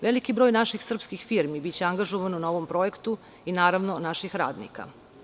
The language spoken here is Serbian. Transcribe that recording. Veliki broj naših srpskih firmi biće angažovano na ovom projektu i naravno naših radnika.